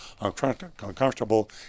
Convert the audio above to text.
uncomfortable